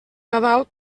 nadal